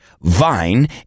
Vine